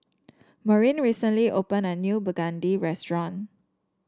Maureen recently opened a new begedil restaurant